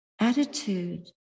attitude